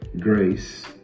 Grace